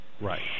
Right